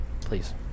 Please